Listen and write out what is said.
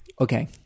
Okay